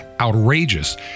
outrageous